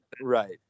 Right